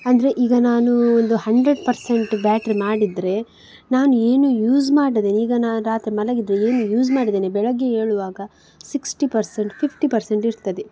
ಅಂದರೆ ಈಗ ನಾನು ಒಂದು ಹಂಡ್ರೆಡ್ ಪರ್ಸೆಂಟ್ ಬ್ಯಾಟ್ರಿ ಮಾಡಿದರೆ ನಾನು ಏನೂ ಯೂಸ್ ಮಾಡದೇ ಈಗ ನಾ ರಾತ್ರಿ ಮಲಗಿದೆ ಏನು ಯೂಸ್ ಮಾಡದೇಯೇ ಬೆಳಿಗ್ಗೆ ಏಳುವಾಗ ಸಿಕ್ಸ್ಟಿ ಪರ್ಸೆಂಟ್ ಫಿಫ್ಟಿ ಪರ್ಸೆಂಟ್ ಇರ್ತದೆ